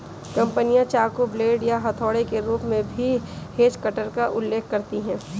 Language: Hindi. कंपनियां चाकू, ब्लेड या हथौड़े के रूप में भी हेज कटर का उल्लेख करती हैं